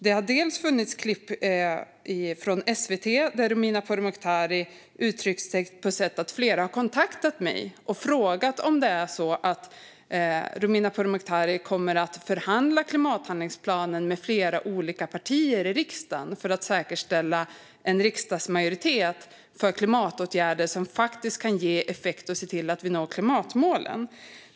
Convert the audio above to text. Det finns klipp från SVT där Romina Pourmokhtari uttrycker sig på ett sådant sätt att flera personer har kontaktat mig och frågat om det är så att Romina Pourmokhtari kommer att förhandla om klimathandlingsplanen med flera olika partier i riksdagen för att säkerställa en riksdagsmajoritet för klimatåtgärder som faktiskt kan ge effekt och se till att vi når klimatmålen.